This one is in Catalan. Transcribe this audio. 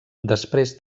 després